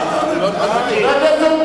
חבר הכנסת,